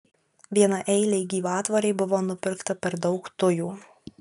vienaeilei gyvatvorei buvo nupirkta per daug tujų